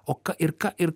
o ką ir ką ir